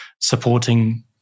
Supporting